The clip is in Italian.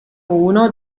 uno